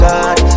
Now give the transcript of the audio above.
God